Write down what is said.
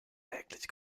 täglich